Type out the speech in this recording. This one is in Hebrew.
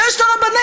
ויש את הרבנים,